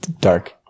dark